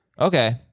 Okay